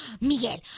Miguel